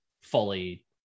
fully